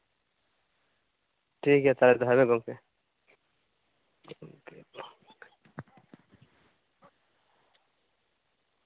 ᱴᱷᱤᱠᱜᱮᱭᱟ ᱛᱟᱦᱚᱞᱮ ᱫᱚᱦᱚᱭ ᱢᱮ ᱜᱚᱢᱠᱮ